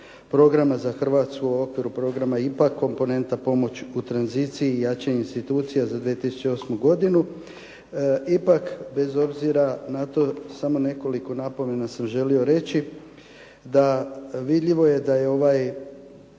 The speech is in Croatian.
programa za Hrvatsku u okviru programa IPA, komponenta pomoć u tranziciji i jačanju institucija za 2008. godinu, ipak bez obzira na to, samo nekoliko napomena sam želio reći da, vidljivo je da je ovo